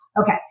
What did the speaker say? Okay